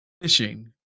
fishing